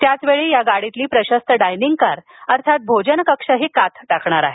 त्याचवेळी या गाडीतील प्रशस्त डायनिंग कार अर्थात भोजन कक्ष देखील कात टाकणार आहे